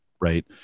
right